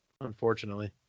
Unfortunately